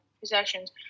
possessions